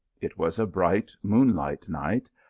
it was a bright moonlight night,